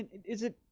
is it